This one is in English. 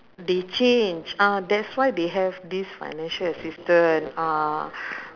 they change ah that's why they have this financial assistance ah